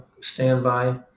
standby